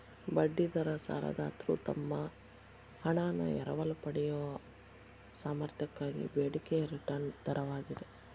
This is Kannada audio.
ಬಡ್ಡಿ ದರ ಸಾಲದಾತ್ರು ತಮ್ಮ ಹಣಾನ ಎರವಲು ಪಡೆಯಯೊ ಸಾಮರ್ಥ್ಯಕ್ಕಾಗಿ ಬೇಡಿಕೆಯ ರಿಟರ್ನ್ ದರವಾಗಿದೆ